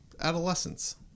Adolescence